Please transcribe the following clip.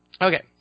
Okay